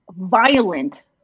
violent